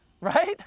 right